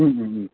ꯎꯝ ꯎꯝ ꯎꯝ